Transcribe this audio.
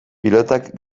pilotak